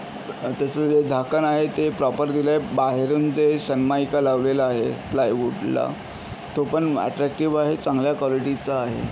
त्याचं जे झाकण आहे ते प्रॉपर दिलंय बाहेरून ते सन्मायका लावलेला आहे प्लायवूडला तो पण अॅटरॅक्टिव्ह आहे चांगल्या क्वालिटीचा आहे